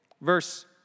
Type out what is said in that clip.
verse